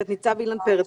תת ניצב אילן פרץ,